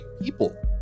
people